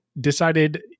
decided